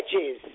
edges